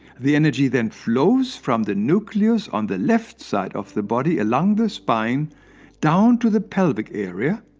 the energy then flows from the nucleus on the left side of the body along the spine down to the pelvic area,